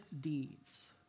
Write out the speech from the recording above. deeds